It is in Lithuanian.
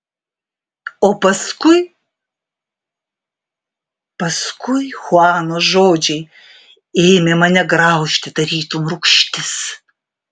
o paskui paskui chuano žodžiai ėmė mane graužti tarytum rūgštis